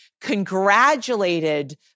congratulated